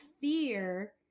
fear